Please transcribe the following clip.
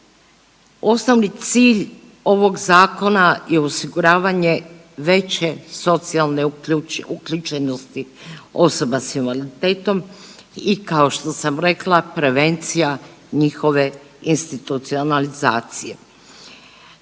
Osnovni cilj ovog zakona je osiguravanje veće socijalne uključenosti osoba s invaliditetom i kao što sam rekla prevencija njihove institucionalizacije.